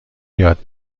یاد